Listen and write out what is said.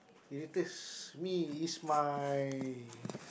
irritates me is my